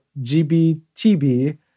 GBTB